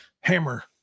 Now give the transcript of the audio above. hammer